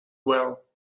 well